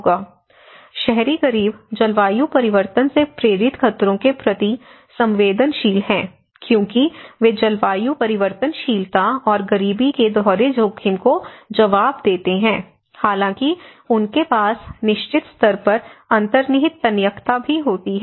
3128 से 3400 बजे तक FL शहरी गरीब जलवायु परिवर्तन से प्रेरित खतरों के प्रति संवेदनशील हैं क्योंकि वे जलवायु परिवर्तनशीलता और गरीबी के दोहरे जोखिम का जवाब देते हैं हालाँकि उनके पास निश्चित स्तर पर अंतर्निहित तन्यकता भी होती है